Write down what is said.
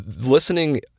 listening